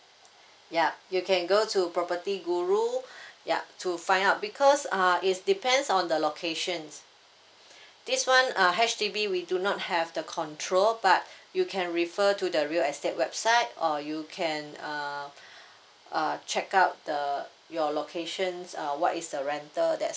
yup you can go to property guru yup to find out because uh is depends on the location this one uh H_D_B we do not have the control but you can refer to the real estate website or you can err uh check out the your location uh what is the rental that's